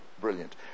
brilliant